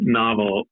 novel